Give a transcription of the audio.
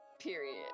period